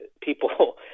people